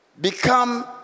become